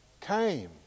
came